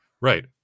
Right